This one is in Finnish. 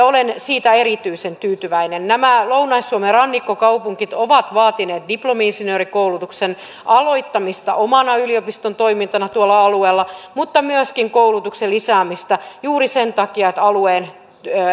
olen siitä erityisen tyytyväinen nämä lounais suomen rannikkokaupungit ovat vaatineet diplomi insinöörikoulutuksen aloittamista omana yliopiston toimintana tuolla alueella mutta myöskin koulutuksen lisäämistä juuri sen takia että alueen